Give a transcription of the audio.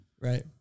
Right